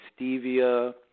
Stevia